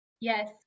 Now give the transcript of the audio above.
Yes